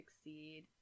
succeed